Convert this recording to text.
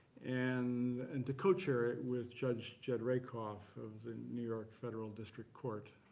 and and to co-chair it with judge jed rakoff of the new york federal district court.